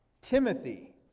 Timothy